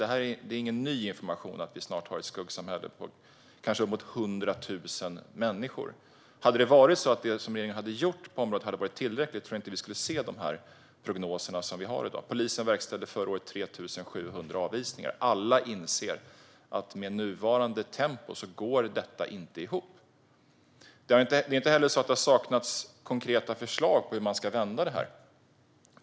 Det är ingen ny information att vi snart har ett skuggsamhälle på kanske uppemot 100 000 människor. Om det som regeringen har gjort på området hade varit tillräckligt tror jag inte att vi skulle se de här prognoserna som vi har i dag. Polisen verkställde förra året 3 700 avvisningar. Alla inser att med nuvarande tempo går detta inte ihop. Det har inte heller saknats konkreta förslag på hur man ska vända det här.